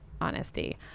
honesty